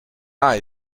eye